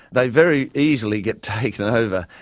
they very easily get taken over,